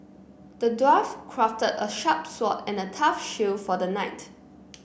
the dwarf crafted a sharp sword and a tough shield for the knight